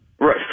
right